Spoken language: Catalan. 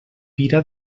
fira